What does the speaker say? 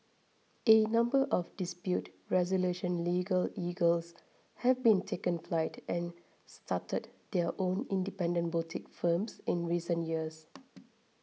a number of dispute resolution legal eagles have taken flight and started their own independent boutique firms in recent years